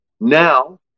now